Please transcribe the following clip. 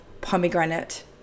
pomegranate